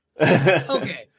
okay